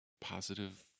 positive